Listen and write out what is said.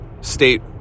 state